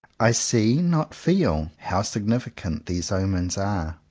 i see, not feel, how signi ficant these omens are.